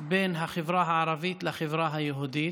בין החברה הערבית לחברה היהודית.